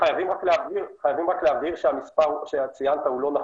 חייבים רק להבהיר שהמספר שציינת הוא לא נכון,